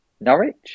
Norwich